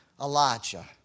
Elijah